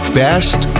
best